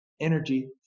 energy